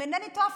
אם אינני טועה,